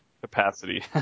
capacity